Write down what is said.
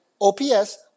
OPS